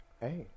Hey